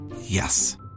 Yes